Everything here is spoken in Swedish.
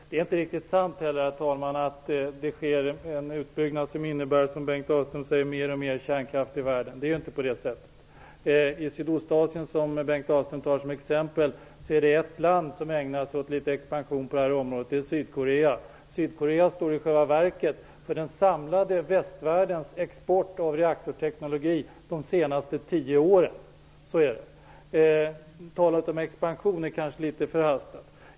Det är inte heller riktigt sant att det sker en utbyggnad som innebär mer och mer kärnkraft i världen, som Bengt Dalström säger. I Sydostasien, som Bengt Dalström tar som exempel, är det endast ett land som ägnar sig åt expansion på det här området, nämligen Sydkorea. Sydkorea står i själva verket för den samlade västvärldens export av reaktortekonologi de senaste tio åren. Talet om expansion är kanske litet förhastat.